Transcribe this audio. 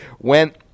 went